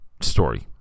story